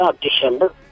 December